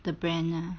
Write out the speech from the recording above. the brand ah